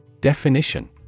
Definition